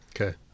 Okay